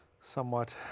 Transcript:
somewhat